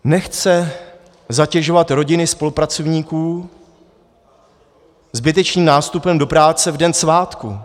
Nechce zatěžovat rodiny spolupracovníků zbytečným nástupem do práce v den svátku.